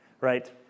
right